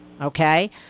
Okay